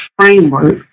framework